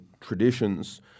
traditions